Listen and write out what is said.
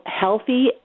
healthy